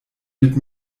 mit